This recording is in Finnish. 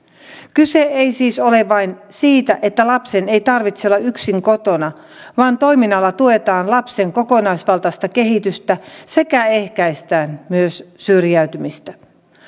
kyse ei siis ole vain siitä että lapsen ei tarvitse olla yksin kotona vaan toiminnalla tuetaan lapsen kokonaisvaltaista kehitystä sekä ehkäistään myös syrjäytymistä